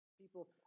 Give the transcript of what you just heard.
People